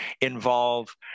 involve